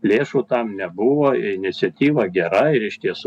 lėšų tam nebuvo iniciatyva gera ir iš tiesų